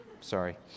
sorry